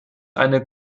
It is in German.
eine